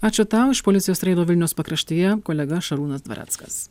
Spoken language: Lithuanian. ačiū tau iš policijos reido vilniaus pakraštyje kolega šarūnas dvareckas